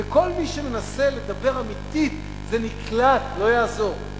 כל מי שמנסה לדבר אמיתית, זה נקלט, לא יעזור.